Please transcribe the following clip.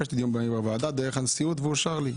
ביקשתי דיון מהיר בוועדה דרך הנשיאות ואושר לי.